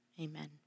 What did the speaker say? amen